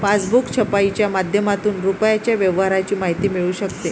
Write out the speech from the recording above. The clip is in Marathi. पासबुक छपाईच्या माध्यमातून रुपयाच्या व्यवहाराची माहिती मिळू शकते